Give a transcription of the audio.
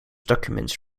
documents